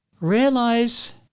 Realize